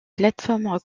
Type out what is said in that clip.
plateforme